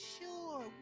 sure